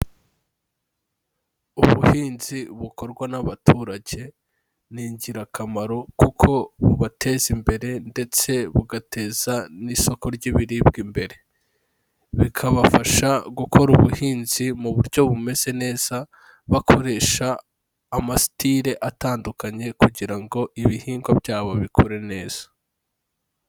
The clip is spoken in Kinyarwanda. Ubuhinzi bukorwa n'abaturage ni ingirakamaro kuko bubateza imbere ndetse bugateza n'isoko ry'ibiribwa imbere. Bikabafasha gukora ubuhinzi mu buryo bumeze neza, bakoresha amasitire atandukanye kugira ngo ibihingwa byabo bikure neza.